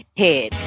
head